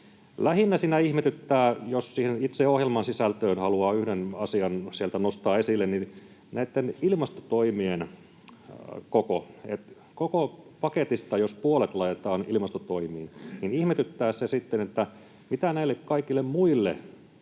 Lähinnä siinä ihmetyttää, jos sieltä itse ohjelman sisällöstä haluaa yhden asian nostaa esille, näitten ilmastotoimien koko. Jos koko paketista puolet laitetaan ilmastotoimiin, niin ihmetyttää se, mitä näille kaikille muille